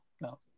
No